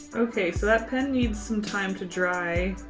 okay. so that pen needs some time to dry.